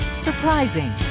Surprising